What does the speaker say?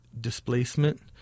displacement